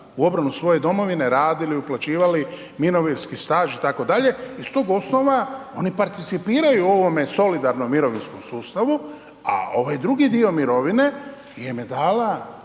u obranu svoje domovine, radili, uplaćivali mirovinski staž, itd., iz toga osnova oni participiraju ovome solidarnom mirovinskom sustavu, a ovaj drugi dio mirovine im je dala